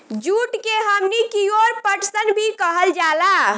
जुट के हमनी कियोर पटसन भी कहल जाला